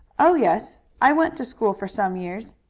oh, yes i went to school for some years.